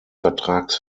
vertrags